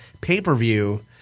pay-per-view